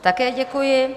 Také děkuji.